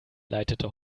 leitete